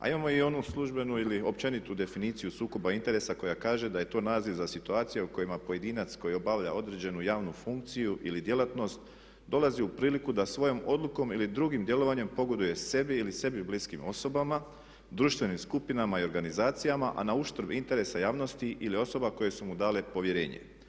A imamo i onu službenu ili općenitu definiciju sukoba interesa koja kaže da je to naziv za situacije u kojima pojedinac koji obavlja određenu javnu funkciju ili djelatnost dolazi u priliku da svojom odlukom ili drugim djelovanjem pogoduje sebi ili sebi bliskim osobama, društvenim skupinama i organizacijama, a na uštrb interesa javnosti ili osoba koje su mu dale povjerenje.